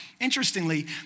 interestingly